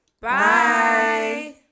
bye